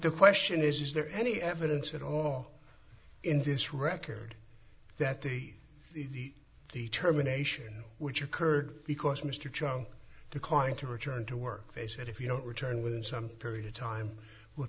the question is is there any evidence at all in this record that the determination which occurred because mr truong declined to return to work they said if you don't return within some period of time w